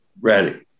Ready